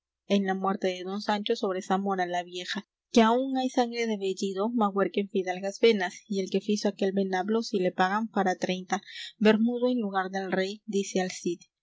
en la muerte de don sancho sobre zamora la vieja que aún hay sangre de bellido magüer que en fidalgas venas y el que fizo aquel venablo si le pagan fará treinta bermudo en lugar del rey dice al cid